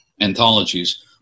anthologies